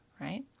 right